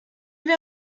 wäre